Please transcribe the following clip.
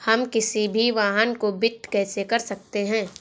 हम किसी भी वाहन को वित्त कैसे कर सकते हैं?